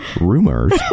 rumors